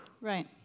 right